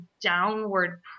downward